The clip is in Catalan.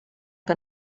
que